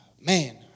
man